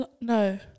no